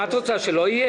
מה את רוצה, שלא יהיה?